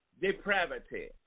Depravity